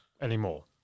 anymore